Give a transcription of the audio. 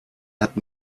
hatten